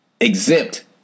exempt